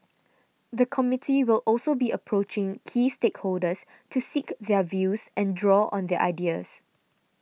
the committee will also be approaching key stakeholders to seek their views and draw on their ideas